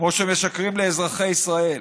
כמו שמשקרים לאזרחי ישראל.